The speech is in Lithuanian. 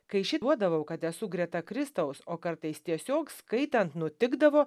kai ši duodavau kad esu greta kristaus o kartais tiesiog skaitant nutikdavo